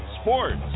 Sports